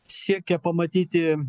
siekia pamatyti